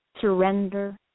surrender